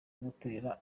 gutera